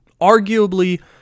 arguably